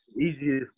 easier